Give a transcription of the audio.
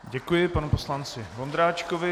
Děkuji panu poslanci Vondráčkovi.